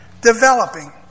Developing